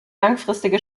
langfristige